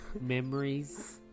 memories